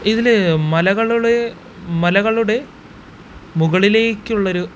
ഇതിൽ മലകളുടെ മലകളുടെ മുകളിലേക്കുള്ളൊരു